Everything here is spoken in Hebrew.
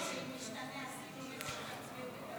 סעיפים 1 2 נתקבלו.